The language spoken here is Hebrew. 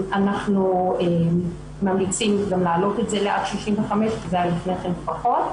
אנחנו ממליצים גם לעלות את זה לעד 65 כי זה היה לפני כן פחות,